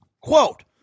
quote